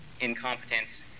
incompetence